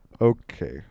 Okay